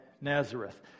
Nazareth